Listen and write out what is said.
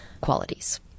qualities